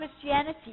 Christianity